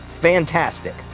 fantastic